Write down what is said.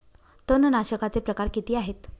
तणनाशकाचे प्रकार किती आहेत?